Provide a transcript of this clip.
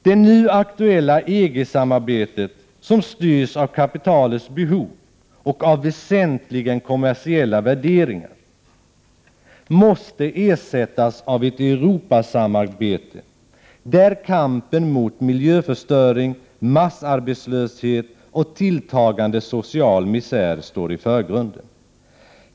Det nu aktuella EG-samarbetet, som styrs av kapitalets behov och av väsentligen kommersiella värderingar, måste ersättas av ett Europasamarbete där kampen mot miljöförstöring, massarbetslöshet och tilltagande social misär står i förgrunden.